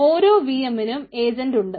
ഓരോ V M നും agent ഉണ്ട്